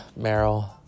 Meryl